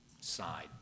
side